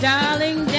Darling